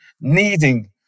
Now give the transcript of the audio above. needing